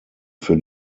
für